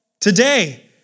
today